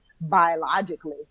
biologically